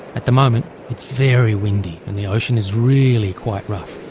at the moment it's very windy and the ocean is really quite rough.